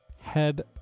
head